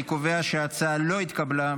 אני קובע שההצעה לא התקבלה,